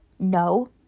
No